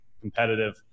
competitive